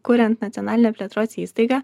kuriant nacionalinę plėtros įstaigą